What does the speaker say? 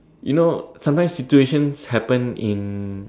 you know sometimes situation happen in